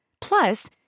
Plus